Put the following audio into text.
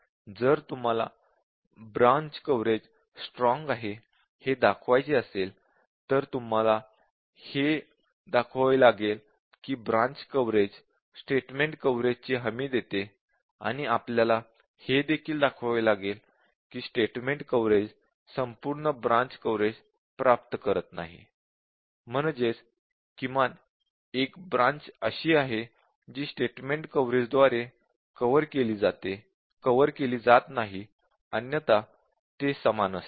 जर तुम्हाला branch coverage strong आहे हे दाखवायचे असेल तर तुम्हाला हे दाखवावे लागेल की ब्रांच कव्हरेज स्टेटमेंट कव्हरेजची हमी देते आणि आपल्याला हे देखील दाखवावे लागेल की स्टेटमेंट कव्हरेज संपूर्ण ब्रांच कव्हरेज प्राप्त करत नाही म्हणजेच किमान एक ब्रांच अशी आहे जी स्टेटमेंट कव्हरेजद्वारे कव्हर केली जात नाही अन्यथा ते समान असतील